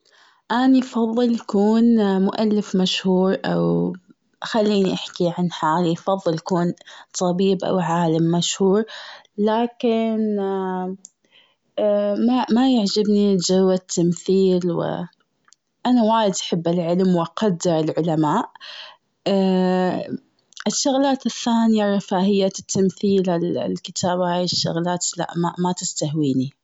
أني بفضل كون مؤلف مشهور أو خليني احكي عن حالي بفضل كون طبيب أو عالم مشهور، لكن ما- ما يعجبني الجو التمثيل و، أنا وايد أحب العلم و اقدر العلماء. الشغلات الثانية فهية التمثيل، الكتابة، هاي الشغلات لا، لا ما تستهويني.